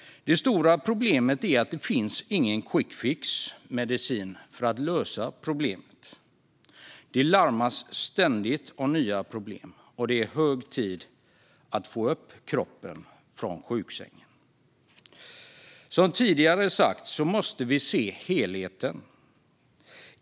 Det stora problemet är att det inte finns någon quickfixmedicin för att lösa problemet. Det larmas ständigt om nya problem, och det är hög tid att få upp kroppen från sjuksängen. Som tidigare sagts måste vi se helheten.